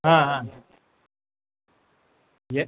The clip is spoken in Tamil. ஆ ஆ எ